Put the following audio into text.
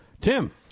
Tim